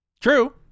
True